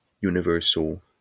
universal